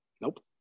nope